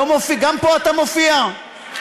גם פה אתה מופיע?